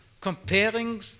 comparing